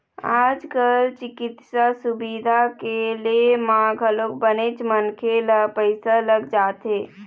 आज कल चिकित्सा सुबिधा के ले म घलोक बनेच मनखे ल पइसा लग जाथे